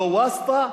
לא "ואסטה",